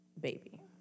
baby